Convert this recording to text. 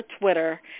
Twitter